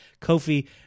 Kofi